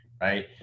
Right